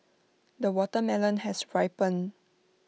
the watermelon has ripened